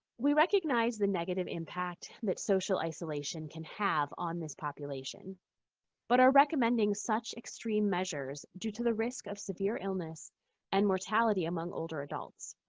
we recognize the negative impact that social isolation can have on this population but are recommending such extreme measures due to the risk of severe illness and mortality among older adults.